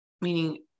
meaning